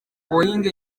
boeing